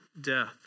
death